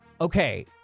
okay